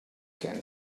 can